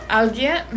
alguien